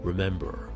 Remember